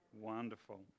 Wonderful